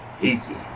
easy